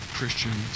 Christian